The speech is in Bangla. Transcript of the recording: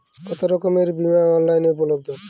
কতোরকমের বিমা অনলাইনে উপলব্ধ?